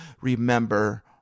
remember